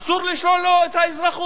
אסור לשלול לו את האזרחות.